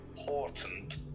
important